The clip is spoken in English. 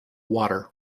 water